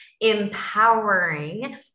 empowering